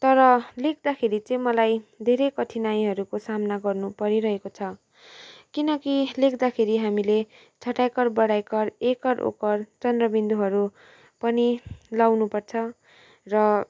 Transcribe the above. तर लेख्दाखेरि चाहिँ मलाई धेरै कठिनाइहरूको सामना गर्नु परिरहेको छ किनकि लेख्दाखेरि हामीले छोटा इकार बडा ईकार ए कार ओ कार चन्द्र बिन्दुहरू पनि लगाउनु पर्छ र